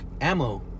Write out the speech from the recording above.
ammo